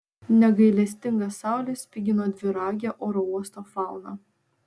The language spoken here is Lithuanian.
negailestinga saulė spigino dviragę oro uosto fauną